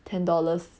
ten dollars